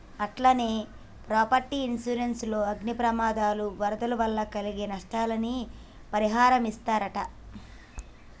అట్టనే property insurance లో అగ్ని ప్రమాదాలు, వరదల వల్ల కలిగే నస్తాలని పరిహారమిస్తరట